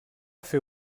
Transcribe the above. fer